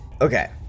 Okay